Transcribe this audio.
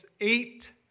eight